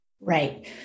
Right